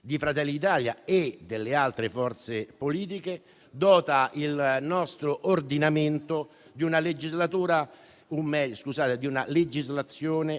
di Fratelli d'Italia e delle altre forze politiche, dota il nostro ordinamento di una legislazione